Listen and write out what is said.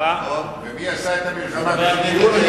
ומי עשה את המלחמה, ?